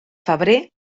febrer